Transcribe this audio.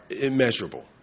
immeasurable